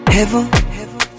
Heaven